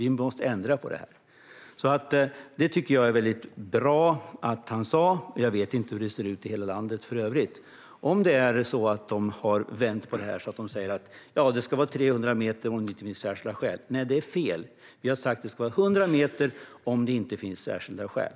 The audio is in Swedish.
Vi måste ändra på det. Jag tycker att det var väldigt bra att han sa det. Jag vet inte hur det ser ut i hela landet i övrigt - om man har vänt på detta så att man säger att det ska vara 300 meter om det inte finns särskilda skäl. Det är i så fall fel. Vi har sagt att det ska vara 100 meter om det inte finns särskilda skäl.